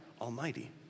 Almighty